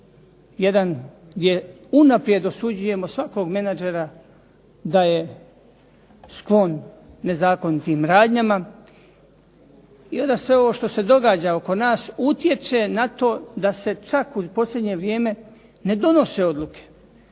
jedan gdje unaprijed osuđujemo svakog menadžera da je sklon nezakonitim radnjama i onda sve ovo što se događa oko nas utječe na to da se čak u posljednje vrijeme ne donose odluke.